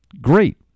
great